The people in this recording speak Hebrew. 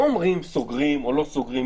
לא אומרים אם סוגרים או לא סוגרים,